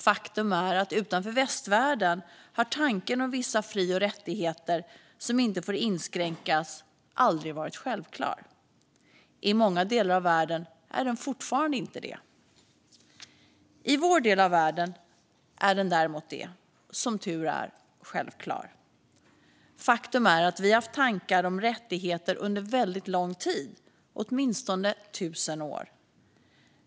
Faktum är att utanför västvärlden har tanken om vissa fri och rättigheter som inte får inskränkas aldrig varit självklar. I många delar av världen är den fortfarande inte det. I vår del av världen är den däremot, som tur är, självklar. Faktum är att vi har haft tankar om rättigheter under väldigt lång tid - åtminstone tusen år.